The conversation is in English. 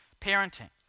parenting